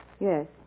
yes